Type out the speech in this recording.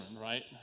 right